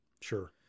sure